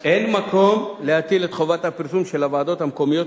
אין מקום להטיל את חובת הפרסום של הוועדות המקומיות,